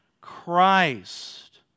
Christ